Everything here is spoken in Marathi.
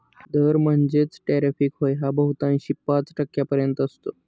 दर म्हणजेच टॅरिफ होय हा बहुतांशी पाच टक्क्यांपर्यंत असतो